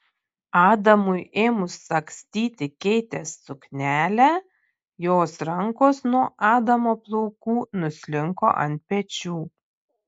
adamui ėmus sagstyti keitės suknelę jos rankos nuo adamo plaukų nuslinko ant pečių